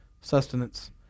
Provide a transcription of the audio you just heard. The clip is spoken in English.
sustenance